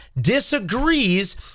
disagrees